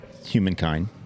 humankind